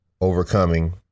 overcoming